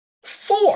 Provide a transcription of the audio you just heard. four